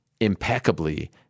impeccably